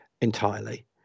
entirely